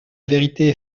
vérité